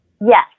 Yes